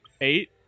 Eight